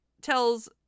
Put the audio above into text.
tells